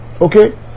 Okay